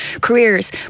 careers